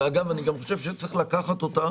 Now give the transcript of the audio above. אגב, אני גם חושב שצריך לקחת אותה